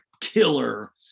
killer